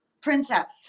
princess